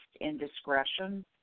indiscretion